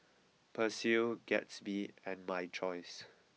Persil Gatsby and my choice